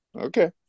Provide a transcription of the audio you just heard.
Okay